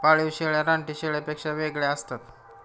पाळीव शेळ्या रानटी शेळ्यांपेक्षा वेगळ्या असतात